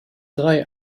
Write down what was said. drei